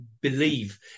believe